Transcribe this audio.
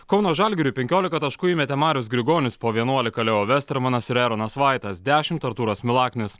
kauno žalgiriui penkiolika taškų įmetė marius grigonis po vienuolika leo vestramanas ir eronas vaitas dešimt artūras milaknis